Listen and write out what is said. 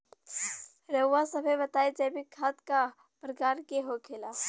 रउआ सभे बताई जैविक खाद क प्रकार के होखेला?